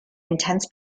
intense